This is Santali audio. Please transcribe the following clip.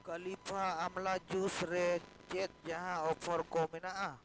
ᱠᱟᱞᱤᱯᱷᱟ ᱟᱢᱞᱟ ᱡᱩᱥ ᱨᱮ ᱪᱮᱫ ᱡᱟᱦᱟᱸ ᱚᱯᱷᱟᱨ ᱠᱚ ᱢᱮᱱᱟᱜᱼᱟ